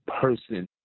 person